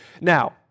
Now